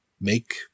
make